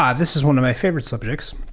um this is one of my favorite subjects.